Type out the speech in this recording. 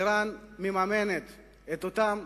אירן מממנת את אותם